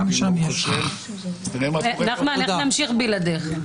תודה רבה לכולכם.